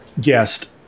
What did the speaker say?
guest